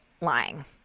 lying